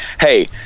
Hey